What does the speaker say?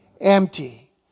Empty